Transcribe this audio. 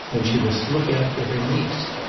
then she must look after her niece.